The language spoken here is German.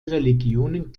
religionen